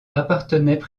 appartenaient